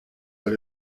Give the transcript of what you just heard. but